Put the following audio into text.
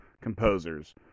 composers